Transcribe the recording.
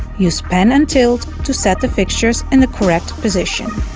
use pen and tilt to set the fixtures in the correct position